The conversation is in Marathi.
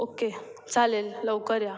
ओके चालेल लवकर या